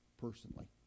personally